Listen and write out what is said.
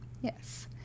Yes